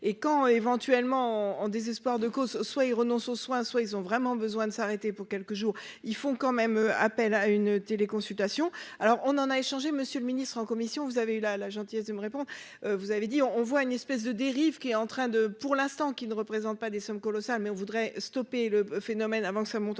et quand éventuellement en désespoir de cause, soit ils renoncent aux soins, soit ils ont vraiment besoin de s'arrêter pour quelques jours, ils font quand même appel à une téléconsultation alors on en a échangé, monsieur le ministre, en commission, vous avez eu la la gentillesse de me répondre, vous avez dit on, on voit une espèce de dérive qui est en train de, pour l'instant, qui ne représente pas des sommes colossales, mais on voudrait stopper le phénomène avant que ça monte en